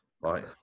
Right